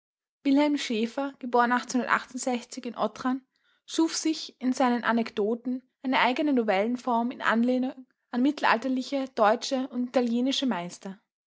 wilhelm in ottrau schuf sich in seinen anekdoten eine eigene novellenform in anlehnung an mittelalterliche deutsche und italienische meister